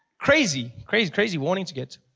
crazy, crazy crazy warning to get.